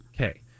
Okay